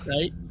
Right